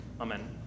Amen